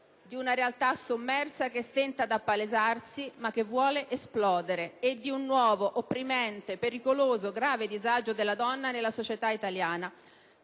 di una realtà sommersa che stenta ad appalesarsi, ma che vuole esplodere, e di un nuovo, opprimente, pericoloso, grave disagio della donna nella società italiana.